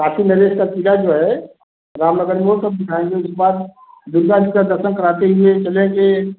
party Naresh का पूजा जो है रामनगर में वह सब दिखाएँगे उसके बाद दुर्गा जी का दर्शन कराते ही लिए चलेंगे